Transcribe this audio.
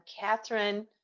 Catherine